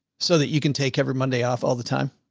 so that you can take every monday off all the time.